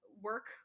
work